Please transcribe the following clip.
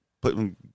putting